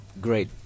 great